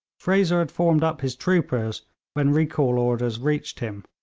fraser had formed up his troopers when recall orders reached him.